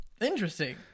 Interesting